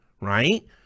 right